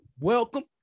welcome